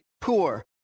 poor